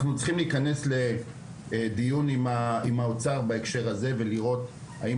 אנחנו צריכים להיכנס לדיון עם משרד האוצר בהקשר הזה ובאמת לראות האם